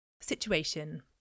situation